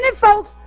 folks